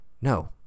no